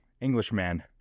Englishman